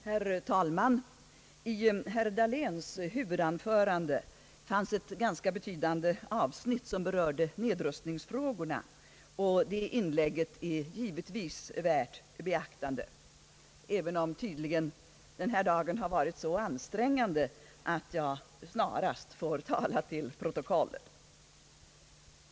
Herr talman! I herr Dahléns huvudanförande förekom ett ganska betydande avsnitt, som berörde nedrustningsfrågorna. Det inlägget är givetvis värt beaktande, även om denna dag tydligen har varit så ansträngande att jag nu snarast får tala till protokollet.